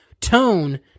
tone